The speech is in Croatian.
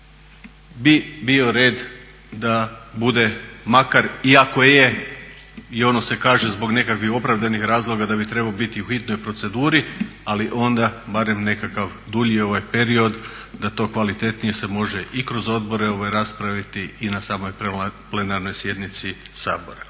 bi bio red da bude makar iako je i ono se kaže zbog nekakvih opravdanih razloga da bi trebao biti u hitnoj proceduri. Ali onda barem nekakav dulji period da to kvalitetnije se može i kroz odbore raspraviti i na samoj plenarnoj sjednici Sabora.